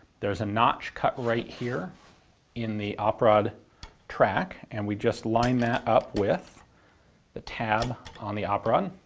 there's a notch cut right here in the op rod track and we just line that up with the tab on the op rod.